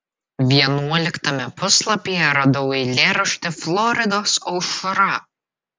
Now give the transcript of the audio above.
vienuoliktame puslapyje radau eilėraštį floridos aušra